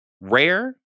rare